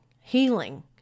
healing